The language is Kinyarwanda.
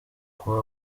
kuba